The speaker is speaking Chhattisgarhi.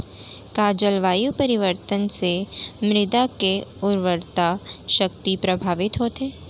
का जलवायु परिवर्तन से मृदा के उर्वरकता शक्ति प्रभावित होथे?